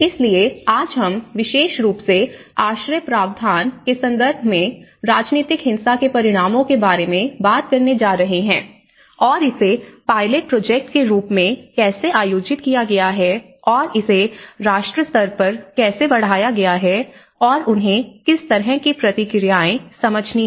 इसलिए आज हम विशेष रूप से आश्रय प्रावधान के संदर्भ में राजनीतिक हिंसा के परिणामों के बारे में बात करने जा रहे हैं और इसे पायलट प्रोजेक्ट के रूप में कैसे आयोजित किया गया है और इसे राष्ट्र स्तर पर कैसे बढ़ाया गया है और उन्हें किस तरह की प्रतिक्रियाएं समझते हैं